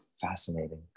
Fascinating